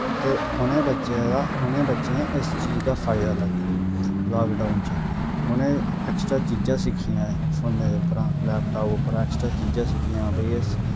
ते उ'नें बच्चें दा उ'नें बच्चें इस चीज़ दा फायदा लैता लाकडाउन च उ'नें ऐक्सट्रा चीजां सिक्खियां फौने दे उप्परा लैपटाप उप्परा ऐक्सट्रा चीजां सिक्खियां हां भाई एह्